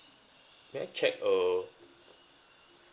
may I check uh